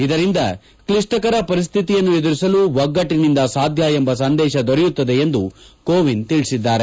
ಇದರಿಂದ ಕ್ಲಿಷ್ಠಕರ ಪರಿಸ್ತಿತಿಯನ್ನು ಎದುರಿಸಲು ಒಗ್ಗಟ್ಟನಿಂದ ಸಾಧ್ಯ ಎಂಬ ಸಂದೇಶ ದೊರೆಯುತ್ತದೆ ಎಂದು ಕೋವಿಂದ್ ತಿಳಿಸಿದ್ದಾರೆ